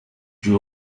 joe